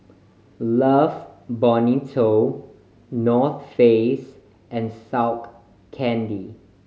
Love Bonito North Face and Skull Candy